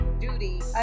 duty